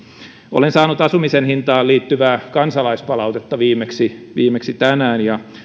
olen saanut asumisen hintaan liittyvää kansalaispalautetta viimeksi viimeksi tänään